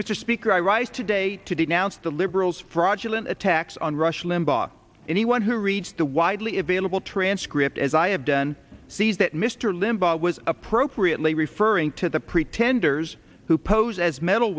mr speaker i rise today to denounce the liberals fraudulent attacks on rush limbaugh anyone who reads the widely available transcript as i have done sees that mr limbaugh was appropriately referring to the pretenders who pose as medal